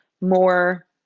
more